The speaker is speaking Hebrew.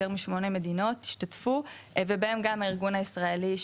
יותר משמונה מדינות השתתפו ובהם גם הארגון הישראלי,